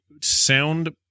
sound